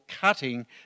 cutting